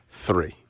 Three